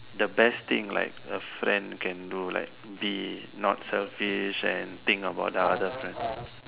the best thing like a friend can do like be not selfish and think about other friend